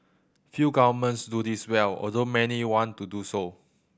few governments do this well although many want to do so